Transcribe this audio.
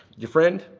your friend.